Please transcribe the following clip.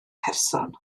person